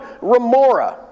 remora